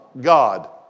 God